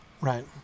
right